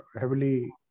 heavily